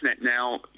now